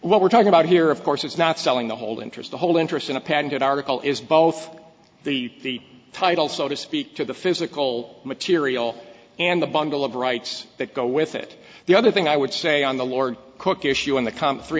what we're talking about here of course is not selling the whole interest the whole interest in a patented article is both the title so to speak to the physical material and the bundle of rights that go with it the other thing i would say on the lord cook issue in the